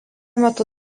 metu